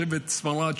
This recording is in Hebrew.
שבט ספרד,